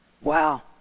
Wow